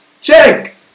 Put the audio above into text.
check